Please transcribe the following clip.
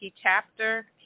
chapter